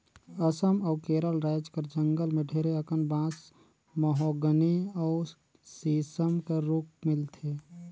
असम अउ केरल राएज कर जंगल में ढेरे अकन बांस, महोगनी अउ सीसम कर रूख मिलथे